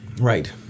Right